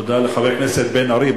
תודה לחבר הכנסת בן-ארי.